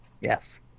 Yes